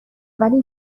ولی